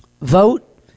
vote